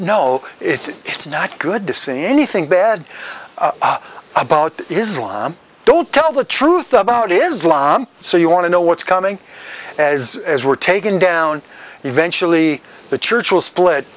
no it's not good to see anything bad about islam don't tell the truth about islam so you want to know what's coming as as we're taken down eventually the church will split